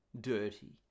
dirty